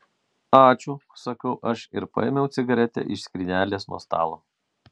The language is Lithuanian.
ačiū sakau aš ir paėmiau cigaretę iš skrynelės nuo stalo